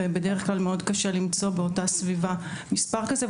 ובדרך כלל מאוד קשה למצוא באותה סביבה מספר כזה,